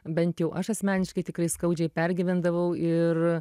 bent jau aš asmeniškai tikrai skaudžiai pergyvendavau ir